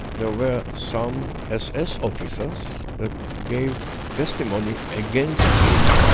there were some ss officers that gave testimony against him.